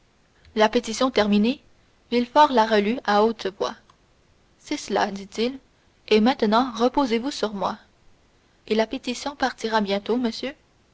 la pétition terminée villefort la relut à haute voix c'est cela dit-il et maintenant reposez-vous sur moi et la pétition partira bientôt monsieur